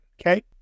Okay